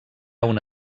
una